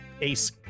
ACE